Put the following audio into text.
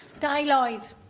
dai lloyd